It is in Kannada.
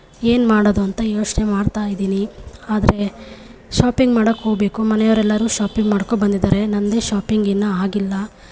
ಏನು ಮಾಡೋದು ಅಂತ ಯೋಚನೆ ಮಾಡ್ತಾಯಿದ್ದೀನಿ ಆದರೆ ಶಾಪಿಂಗ್ ಮಾಡೋಕೆ ಹೋಗಬೇಕು ಮನೆಯವರೆಲ್ಲರೂ ಶಾಪಿಂಗ್ ಮಾಡ್ಕೊ ಬಂದಿದ್ದಾರೆ ನನ್ನದೇ ಶಾಪಿಂಗ್ ಇನ್ನೂ ಆಗಿಲ್ಲ